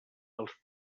dels